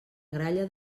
gralla